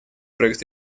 проект